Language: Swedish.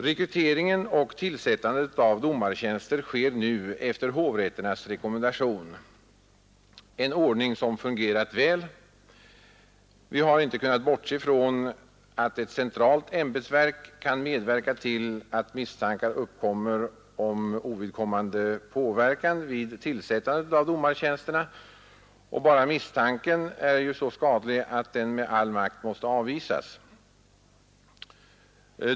Rekrytering och tillsättande av domartjänsterna sker nu efter hovrätternas rekommendation, och det är en ordning som fungerat väl. Vi har ej kunnat bortse från att ett centralt ämbetsverk kan medverka till att misstankar uppstår om ovidkommande påverkan vid tillsättande av domartjänsterna. Bara misstanken härom är så skadlig att den med all makt måste avvisas.